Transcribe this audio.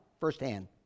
firsthand